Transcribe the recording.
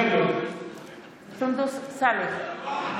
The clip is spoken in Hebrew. נגד סונדוס סאלח,